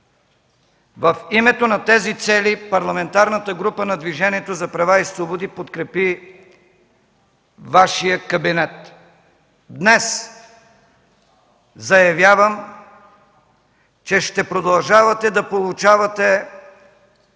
В името на тези цели Парламентарната група на Движението за права и свободи подкрепи Вашия кабинет. Днес заявявам, че ще продължавате да получавате